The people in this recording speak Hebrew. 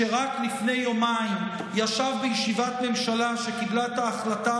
שרק לפני יומיים ישב בישיבת ממשלה שקיבלה את ההחלטה